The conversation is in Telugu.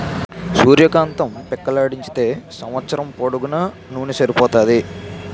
సూర్య కాంతం పిక్కలాడించితే సంవస్సరం పొడుగునూన సరిపోతాది